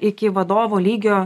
iki vadovo lygio